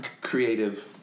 Creative